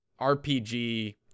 rpg